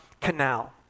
Canal